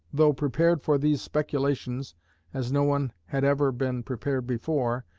though prepared for these speculations as no one had ever been prepared before,